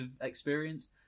Experience